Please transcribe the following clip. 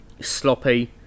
sloppy